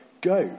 Go